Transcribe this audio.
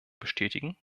bestätigen